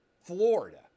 Florida